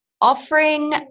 offering